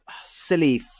silly